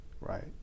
right